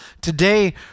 today